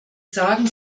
sagen